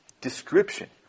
description